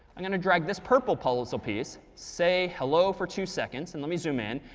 i'm going to drag this purple puzzle so piece, say hello for two seconds, and let me zoom in.